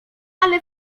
ale